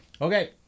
Okay